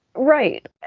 Right